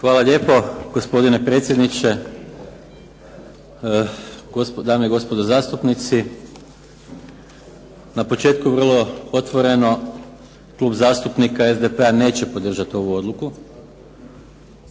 Hvala lijepo gospodine predsjedniče, dame i gospodo zastupnici. Na početku vrlo otvoreno Klub zastupnika SDP-a neće podržati ovu Odluku